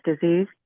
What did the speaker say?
disease